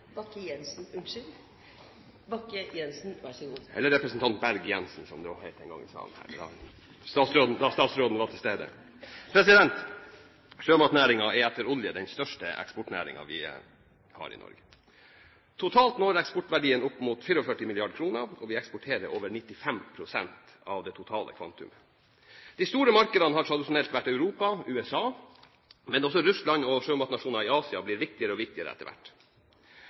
– unnskyld! Eller representanten Berg-Jensen, som det også het en gang i salen da statsråden var til stede. Sjømatnæringen er etter olje den største eksportnæringen vi har i Norge. Totalt når eksportverdien opp mot 44 mrd. kr, og vi eksporterer over 95 pst. av det totale kvantumet. De store markedene har tradisjonelt vært Europa og USA, men også Russland og sjømatnasjoner i Asia blir viktigere og viktigere etter hvert.